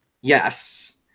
Yes